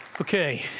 Okay